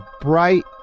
bright